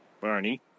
Barney